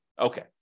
Okay